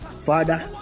Father